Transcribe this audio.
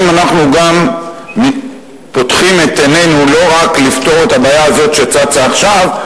האם אנחנו גם פותחים את עינינו לא רק לפתור את הבעיה הזו שצצה עכשיו,